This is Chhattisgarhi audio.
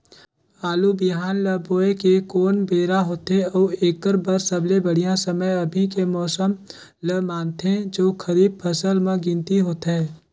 आलू बिहान ल बोये के कोन बेरा होथे अउ एकर बर सबले बढ़िया समय अभी के मौसम ल मानथें जो खरीफ फसल म गिनती होथै?